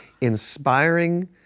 inspiring